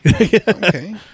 Okay